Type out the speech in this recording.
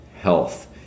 health